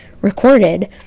recorded